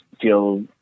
feel